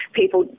people